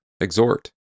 exhort